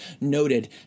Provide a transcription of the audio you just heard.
noted